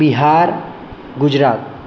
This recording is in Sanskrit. बिहारः गुजरातः